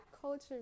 culture